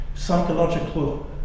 psychological